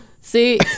See